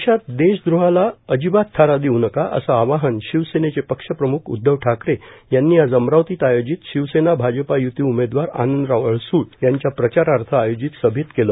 देशात देशद्रोहाला अजिबात थारा देऊ नका असं आवाहन शिवसेनेचे पक्ष प्रमुख उद्धव ठाकरे यांनी आज अमरावतीत आयोजित शिवसेना भाजपा युती उमेदवार आनंदराव अडसूळ यांच्या प्रचारार्थ आयोजित सभेत केलं